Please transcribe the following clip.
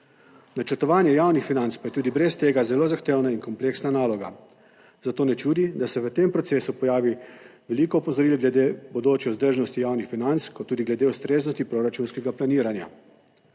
Načrtovanje javnih financ pa je tudi brez tega zelo zahtevna in kompleksna naloga, zato ne čudi, da se v tem procesu pojavi veliko opozoril glede bodoče vzdržnosti javnih financ kot tudi glede ustreznosti proračunskega planiranja.